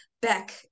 back